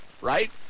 right